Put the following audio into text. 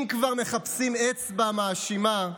אם כבר מחפשים אצבע מאשימה,